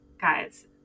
guys